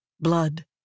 Blood